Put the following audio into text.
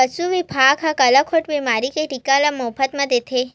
पसु बिभाग ह गलाघोंट बेमारी के टीका ल मोफत म देथे